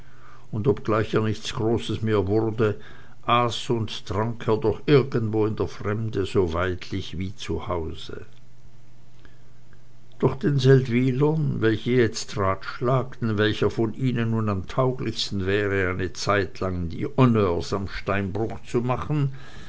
und obgleich er nichts großes mehr wurde aß und trank er doch irgendwo in der fremde so weidlich wie zu hause doch den seldwylern welche jetzt ratschlagten welcher von ihnen nun am tauglichsten wäre eine zeitlang die honneurs am steinbruch zu machen